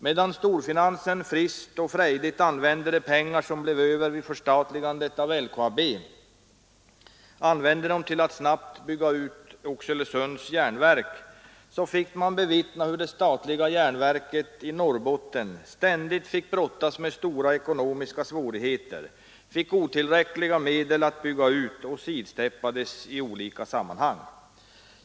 Medan storfinansen friskt och frejdigt använde de pengar som blev över vid förstatligandet av LKAB till att snabbt bygga ut Oxelösunds järnverk, fick man bevittna hur det statliga järnverket i Norrbotten ständigt måste brottas med stora ekonomiska svårigheter, hur det fick otillräckliga medel att bygga ut och hur det sidsteppades i olika sammanhang.